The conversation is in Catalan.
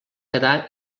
quedar